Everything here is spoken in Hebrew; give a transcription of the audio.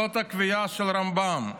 זאת הקביעה של רמב"ם,